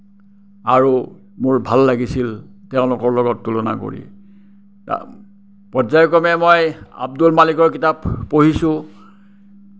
আৰু মোৰ ভাল লাগিছিল তেওঁলোকৰ লগত তুলনা কৰি পৰ্য্যায়ক্ৰমে মই আব্দুল মালিকৰ কিতাপ পঢ়িছোঁ